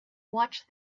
watch